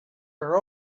are